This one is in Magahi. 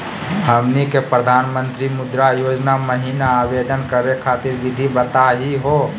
हमनी के प्रधानमंत्री मुद्रा योजना महिना आवेदन करे खातीर विधि बताही हो?